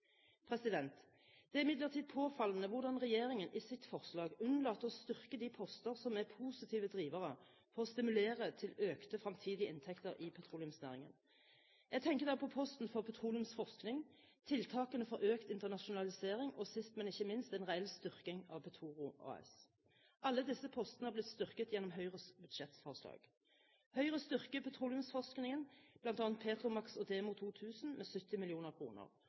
petroleumsklyngen. Det er imidlertid påfallende hvordan regjeringen i sitt forslag unnlater å styrke de poster som er positive drivere for å stimulere til økte fremtidige inntekter i petroleumsnæringen. Jeg tenker da på posten for petroleumsforskning, tiltakene for økt internasjonalisering og sist, men ikke minst, en reell styrking av Petoro AS. Alle disse postene har blitt styrket gjennom Høyres budsjettforslag. Høyre styrker petroleumsforskningen, bl.a. PETROMAKS og Demo 2000, med 70